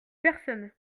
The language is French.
personne